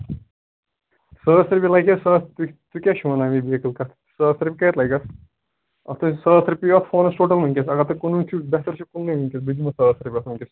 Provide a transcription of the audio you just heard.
ساس رۄپیہِ لگہِ اتھ ساس تُہۍ کیٛاہ چھِ وَنان یِمےَ بیقٕل کَتھٕ ساس رۄپیہِ کَتہِ لَگ اَتھ اَتھ ہے ساس رۅپیہِ یِوان فونَس ٹوٹل وُنکٮ۪س اَگر تۅہہِ کٕنُن چھُ بہتر چھُ کٕننُے وُنکٮ۪س بہٕ دِمہو ساس رۄپیہِ اتھ وُنکٮ۪س